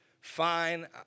fine